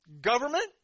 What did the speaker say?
government